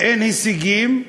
אין הישגים,